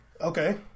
okay